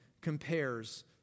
compares